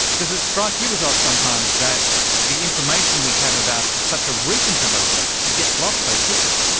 does it strike you as odd sometimes that the information we have about such a recent development gets lost so quickly?